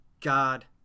God